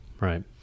right